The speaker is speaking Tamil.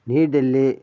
நியூ டெல்லி